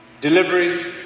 deliveries